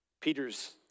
Peter's